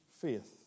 faith